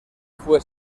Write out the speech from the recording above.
fue